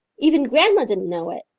even grandma didn't know it.